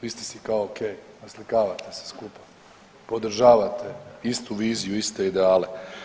Vi ste si kao ok, naslikavate se skupa, podržavate istu viziju i iste ideale.